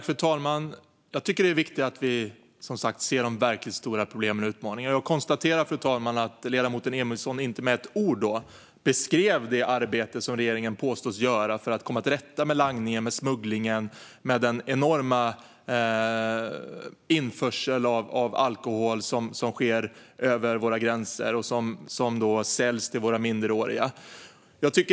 Fru talman! Jag tycker som sagt att det är viktigare att vi ser de verkligt stora problemen och utmaningarna. Jag konstaterar att ledamoten Emilsson inte med ett ord beskriver det arbete regeringen påstås göra för att komma till rätta med langningen, smugglingen och den enorma mängd alkohol som förs in över våra gränser och säljs till våra minderåriga.